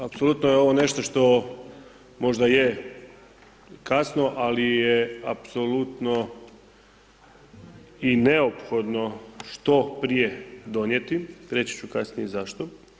Apsolutno je ovo nešto što možda je kasno, ali je apsolutno i neophodno što prije donijeti, reći ću kasnije zašto.